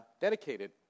dedicated